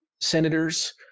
senators